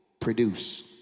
produce